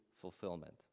fulfillment